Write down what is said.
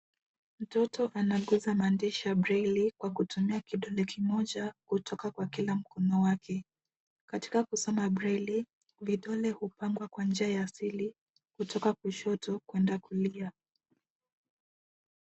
Mtoto anagusa maandishi ya breli kwa kutumia kidole kimoja kutoka kwa kila mkono wake. Katita kusoma breli vidole hupangwa kwa njia ya asili kutoka kushoto kwenda kulia.